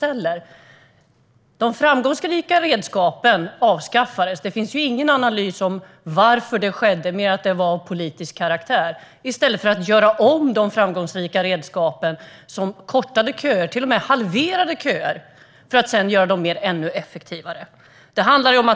Man avskaffade de framgångsrika redskapen - som kortade och till och med halverade köer - i stället för att göra om dem och göra dem ännu mer effektiva. Det finns ingen analys av varför detta skedde, mer än att det var av politisk karaktär.